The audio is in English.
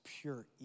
pure